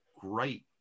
great